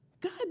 God